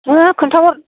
हो खोन्थाहर